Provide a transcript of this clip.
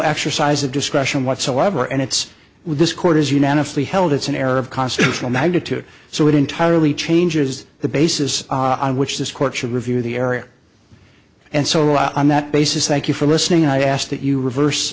exercise of discretion whatsoever and it's this court is unanimously held it's an error of constitutional magnitude so it entirely changes the basis on which this court should review the area and so on that basis thank you for listening i ask that you reverse